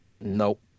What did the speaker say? Nope